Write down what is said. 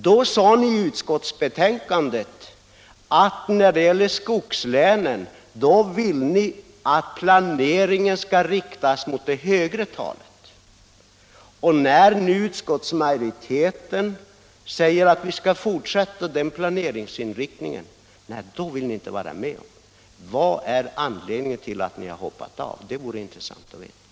Då sade ni i utskottsbetänkandet att när det gäller skogslänen skall planeringen riktas mot det högre talet. När nu utskottsmajoriteten säger att vi skall fortsätta den planeringsinriktningen vill ni inte vara med. Vad är anledningen till att ni har hoppat av? Det vore intressant att få veta.